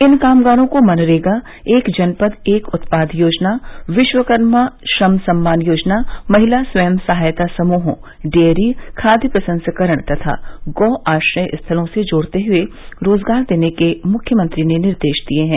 इन कामगारों को मनरेगा एक जनपद एक उत्पाद योजना विश्वकर्मा श्रम सम्मान योजना महिला स्वयं सहायता समूहों डेयरी खाद्य प्रसंस्करण तथा गौ आश्रय स्थलों से जोड़ते हुए रोजगार देने के मुख्यमंत्री ने निर्देश दिए हैं